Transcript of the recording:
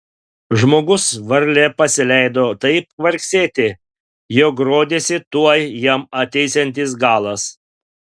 žmogus varlė pasileido taip kvarksėti jog rodėsi tuoj jam ateisiantis galas